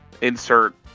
insert